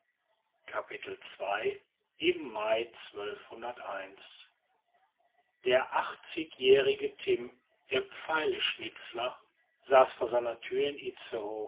dänemark der achtzigjährige timm der pfeileschnitzler saß vor seiner tür in